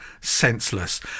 senseless